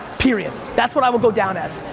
period. that's what i will go down as.